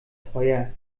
teuer